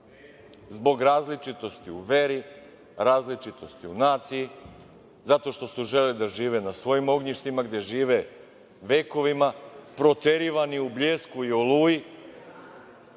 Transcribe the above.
zbog različitosti u veri, različitosti u naciji, zato što su želeli da žive na svojim ognjištima, gde žive vekovima, proterivani u "Bljesku" i "Oluji",